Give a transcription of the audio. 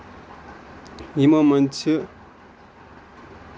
یِمو منٛز چھِ